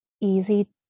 easy